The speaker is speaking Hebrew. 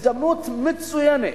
הזדמנות מצוינת,